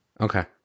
Okay